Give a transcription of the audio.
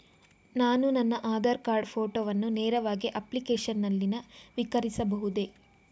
ನಾನು ನನ್ನ ಆಧಾರ್ ಕಾರ್ಡ್ ಫೋಟೋವನ್ನು ನೇರವಾಗಿ ಅಪ್ಲಿಕೇಶನ್ ನಲ್ಲಿ ನವೀಕರಿಸಬಹುದೇ?